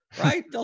Right